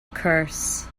curse